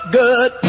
good